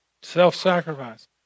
Self-sacrifice